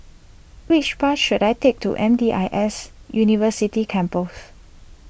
which bus should I take to M D I S University Campus